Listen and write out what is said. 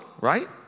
right